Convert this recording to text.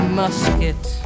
musket